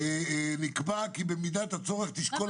נקבע כי במידת הצורך תשקול